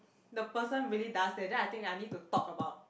the person really does that then I think I need to talk about